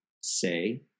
say